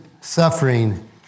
suffering